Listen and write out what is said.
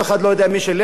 מי שלח אותם,